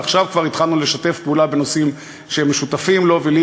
וכבר התחלנו עכשיו לשתף פעולה בנושאים שהם משותפים לו ולי,